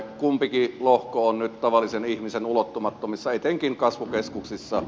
kumpikin lohko on nyt tavallisen ihmisen ulottumattomissa etenkin kasvukeskuksissa